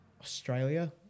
Australia